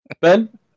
Ben